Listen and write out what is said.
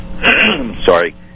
sorry